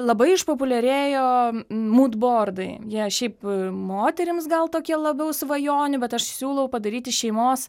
labai išpopuliarėjo mūd bordai jie šiaip moterims gal tokie labiau svajonių bet aš siūlau padaryti šeimos